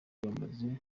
bamaze